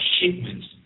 shipments